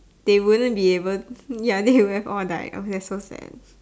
they wouldn't be able ya they would have all died oh that's so sad